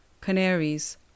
Canaries